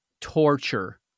torture